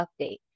update